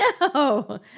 No